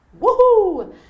Woohoo